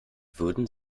würden